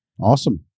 Awesome